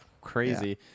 crazy